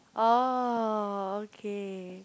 oh okay